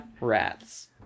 Rats